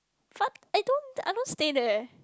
fuck I don't I don't stay there